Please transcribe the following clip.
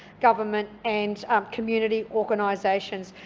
government and community organisations.